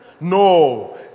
No